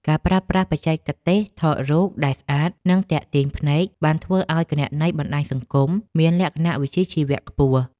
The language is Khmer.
ការប្រើប្រាស់បច្ចេកទេសថតរូបដែលស្អាត និងទាក់ទាញភ្នែកបានធ្វើឱ្យគណនីបណ្តាញសង្គមមានលក្ខណៈវិជ្ជាជីវៈខ្ពស់។